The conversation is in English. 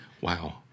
Wow